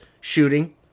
shooting